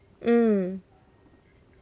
mm